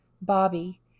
Bobby